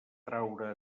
traure